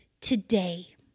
today